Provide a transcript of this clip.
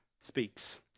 Speaks